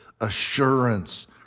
assurance